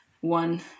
one